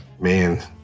Man